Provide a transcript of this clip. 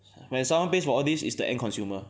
when someone pays for all this is the end consumer